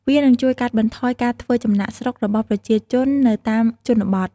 វានឹងជួយកាត់បន្ថយការធ្វើចំណាកស្រុករបស់ប្រជាជននៅតាមជនបទ។